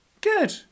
Good